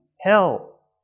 hell